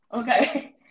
Okay